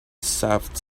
saved